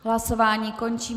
Hlasování končím.